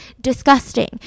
Disgusting